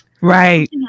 Right